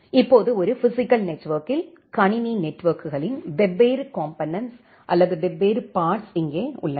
இப்போது ஒரு பிஸிக்கல் நெட்வொர்க்கில் கணினி நெட்வொர்க்குகளின் வெவ்வேறு காம்போனென்ட்ஸ் அல்லது வெவ்வேறு பார்ட்ஸ் இங்கே உள்ளன